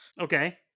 Okay